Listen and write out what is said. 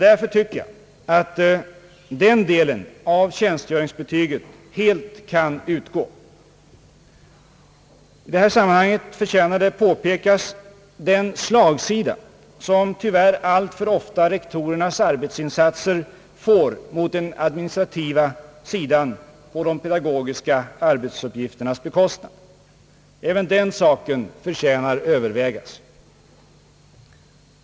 Därför tycker jag att den delen av tjänstgöringsbetyget helt kan utgå. I det här sammanhanget förtjänar påpekas den slagsida som tyvärr alltför ofta rektorernas arbetsinsatser får mot den administrativa sidan på de pedagogiska uppgifternas bekostnad. Även den saken förtjänar övervägas.